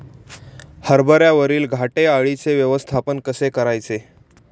हरभऱ्यावरील घाटे अळीचे व्यवस्थापन कसे करायचे?